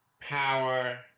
power